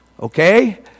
Okay